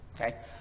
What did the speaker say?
okay